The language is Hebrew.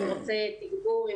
אם הוא רוצה תגבור,